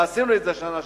ועשינו את זה בשנה שעברה.